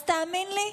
אז תאמין לי,